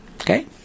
Okay